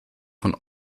von